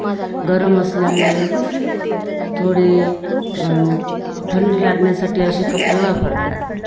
गरम असल्यामुळे थोडे थंडी लागण्यासाठी असे कपडे वापरतात